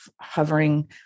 hovering